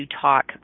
talk